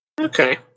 Okay